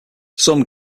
some